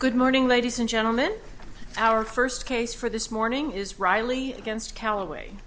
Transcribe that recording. good morning ladies and gentlemen our first case for this morning is riley against callaway